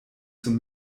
zum